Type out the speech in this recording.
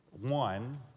one